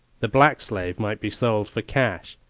the black slave might be sold for cash,